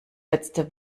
letzte